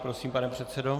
Prosím, pane předsedo.